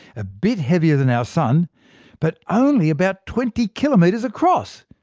a bit heavier than our sun but only about twenty kilometres across!